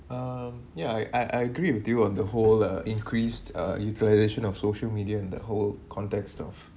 um ya I I agree with you on the whole uh increased uh utilisation of social media in the whole context of